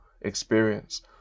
experience